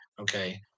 okay